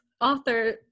author